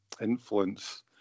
influence